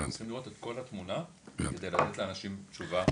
אנחנו צריכים לראות את כל התמונה כדי לתת לאנשים תשובה.